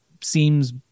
seems